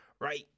right